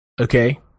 Okay